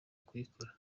kuyikora